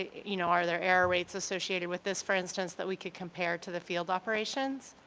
you know, are there error rates associated with this, for instance, that we could compare to the field operations?